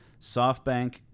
SoftBank